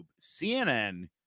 CNN